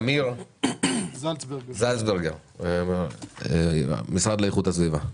אמיר זלצברג, המשרד לאיכות הסביבה.